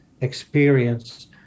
experience